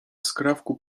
skrawku